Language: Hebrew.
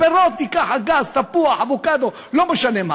פירות, תיקח אגס, תפוח, אבוקדו, לא משנה מה.